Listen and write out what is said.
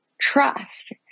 trust